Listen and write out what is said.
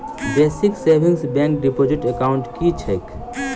Basic savings bank deposit account की छैक?